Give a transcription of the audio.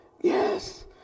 Yes